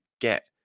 get